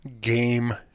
Game